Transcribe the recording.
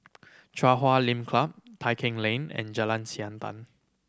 Chui Huay Lim Club Tai Keng Lane and Jalan Siantan